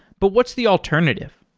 but what's the alternative?